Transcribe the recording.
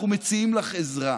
אנחנו מציעים לך עזרה.